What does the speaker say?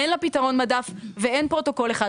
אין לה פתרון מדף ואין פרוטוקול אחד.